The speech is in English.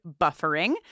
buffering